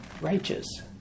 righteous